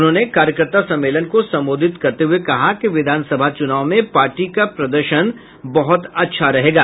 उन्होंने कार्यकर्ता सम्मेलन को संबोधित करते हुये कहा कि विधान सभा चुनाव में पार्टी का प्रदर्शन बहुत अच्छा रहेगा